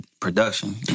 production